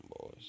boys